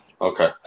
Okay